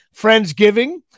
Friendsgiving